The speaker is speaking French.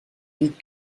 vite